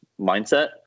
mindset